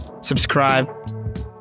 Subscribe